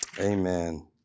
Amen